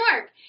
work